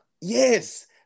Yes